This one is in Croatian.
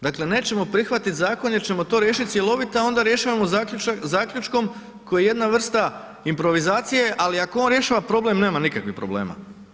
Dakle, nećemo prihvatiti zakon jer ćemo riješit cjelovito a onda rješavamo zaključkom koji je jedna vrsta improvizacije ali ako rješava problem, nema nikakvih problema.